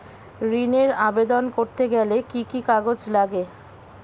ঋণের আবেদন করতে গেলে কি কি কাগজ লাগে?